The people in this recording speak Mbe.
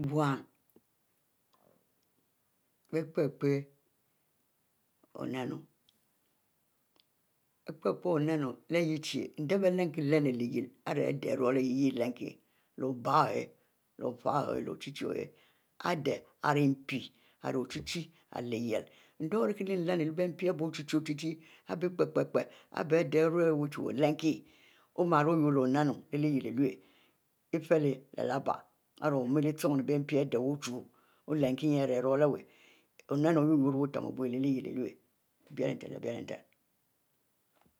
Bon bie pie-pie oninu leh leh chie, bie lehlenu ari ade iruleh hay kie leh nu, obieh leh ochie o'h leh ofieh oyeh ade ari mpi ari ochie ari lyieh ori kie leh lernu leh mpi ari bie ochie-ochie ari ILyiel endieh ori kie leh lernu mpi ari kie leh lernu leh mpi ari kie lehlernu epo epo ifiele ari lehbie ari ochienn mpi ade ochu oninu oru-kie yurro lyiele iwu leh bie leh nten-bie leh nten